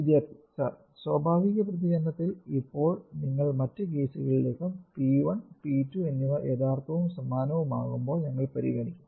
വിദ്യാർത്ഥി സർ സ്വാഭാവിക പ്രതികരണത്തിൽ ഇപ്പോൾ നിങ്ങൾ മറ്റ് കേസുകളിലേക്കും p1 p2 എന്നിവ യഥാർത്ഥവും സമാനവുമാകുമ്പോൾ ഞങ്ങൾ പരിഗണിക്കും